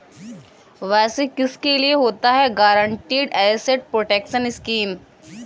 वैसे किसके लिए होता है गारंटीड एसेट प्रोटेक्शन स्कीम?